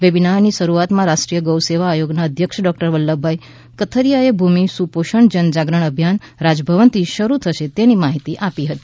વેબીનારની શરૂઆતમાં રાષ્ટ્રીય ગૌ સેવા આયોગના અધ્યક્ષ ડોકટર વલ્લભભાઈ કથિરિયાએ ભૂમિ સુપોષણ જન જાગરણ અભિયાન રાજભવનથી શરૂ થશે તેની માહિતી આપી હતી